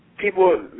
People